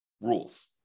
rules